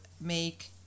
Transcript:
make